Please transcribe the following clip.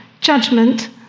judgment